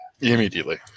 Immediately